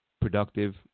productive